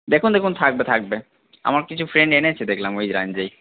দেখুন দেখুন থাকবে থাকবে আমার কিছু ফেন্ড এনেছে দেখলাম ওই র্যাঞ্জেই